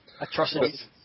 atrocities